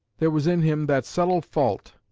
there was in him that subtle fault,